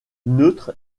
neutre